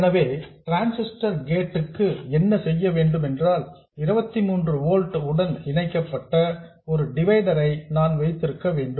எனவே transistor gate க்கு என்ன செய்ய வேண்டும் என்றால் 23 ஓல்ட்ஸ் உடன் இணைக்கப்பட்ட ஒரு டிவைடர் ஐ நான் வைத்திருக்க வேண்டும்